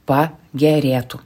pa gerėtų